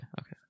okay